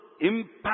impact